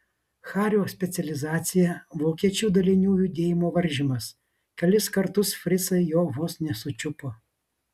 hario specializacija vokiečių dalinių judėjimo varžymas kelis kartus fricai jo vos nesučiupo